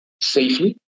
safely